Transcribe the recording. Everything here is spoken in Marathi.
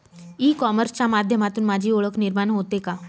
ई कॉमर्सच्या माध्यमातून माझी ओळख निर्माण होते का?